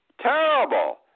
Terrible